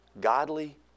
godly